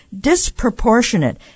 disproportionate